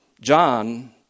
John